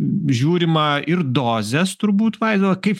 žiūrima ir dozės turbūt vaido kaip